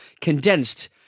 condensed